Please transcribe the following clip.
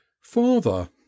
Father